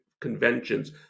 conventions